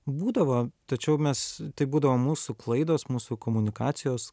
būdavo tačiau mes tai būdavo mūsų klaidos mūsų komunikacijos